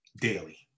daily